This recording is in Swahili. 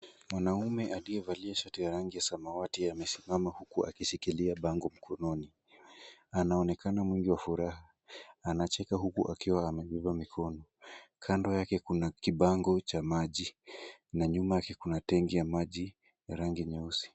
Mwanume aliyevalia shati ya rangi ya samawati amesimama huku akishikilia bango mkononi . Anaonekana mwingi wa furaha . Anacheka huku akiwa amebeba mikono. Kando yake kuna kibango cha maji na nyuma yake kuna tenki ya maji ya rangi nyeusi.